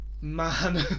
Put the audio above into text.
man